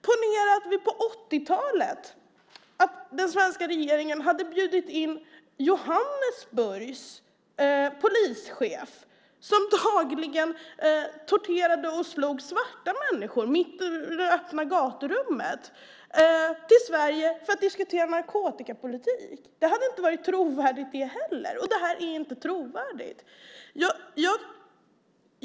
Ponera att den svenska regeringen på 80-talet hade bjudit in Johannesburgs polischef, som dagligen torterade och slog svarta människor mitt i det öppna gaturummet, till Sverige för att diskutera narkotikapolitik. Det hade inte heller varit trovärdigt. Det här är inte trovärdigt.